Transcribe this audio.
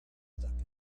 stuck